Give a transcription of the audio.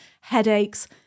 headaches